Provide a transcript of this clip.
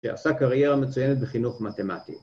‫שעשה קריירה מצוינת בחינוך מתמטי.